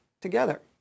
together